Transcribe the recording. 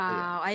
Wow